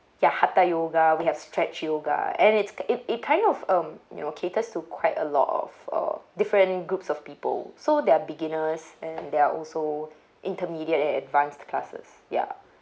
ya hatha yoga we have stretch yoga and it's it it kind of um you know caters to quite a lot of uh different groups of people so there are beginners and there are also intermediate and advanced classes ya